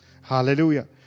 Hallelujah